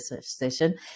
session